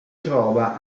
trova